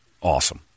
awesome